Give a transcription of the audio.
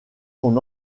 son